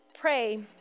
pray